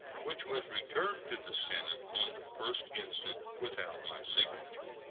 which was returned to the senate on the first instant without my signature.